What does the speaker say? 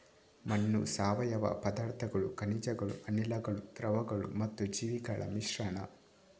ಮಣ್ಣು ಸಾವಯವ ಪದಾರ್ಥಗಳು, ಖನಿಜಗಳು, ಅನಿಲಗಳು, ದ್ರವಗಳು ಮತ್ತು ಜೀವಿಗಳ ಮಿಶ್ರಣ